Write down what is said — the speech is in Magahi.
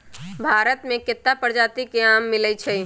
भारत मे केत्ता परजाति के आम मिलई छई